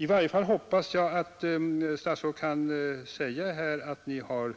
I varje fall hoppas jag att statsrådet kan säga att ni inom